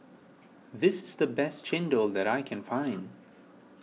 this is the best Chendol that I can find